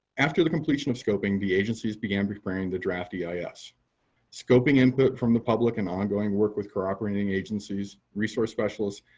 after the completion of scoping, the agencies began preparing the draft yeah eis. scoping input from the public and ongoing work with corroborating agencies, resource specialists,